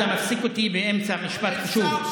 אתה מפסיק אותי באמצע משפט חשוב.